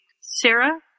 Sarah